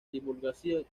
divulgación